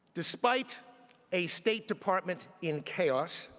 despite a state department in chaos